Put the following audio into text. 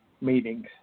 meetings